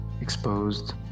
exposed